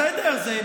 בסדר.